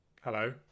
Hello